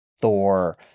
thor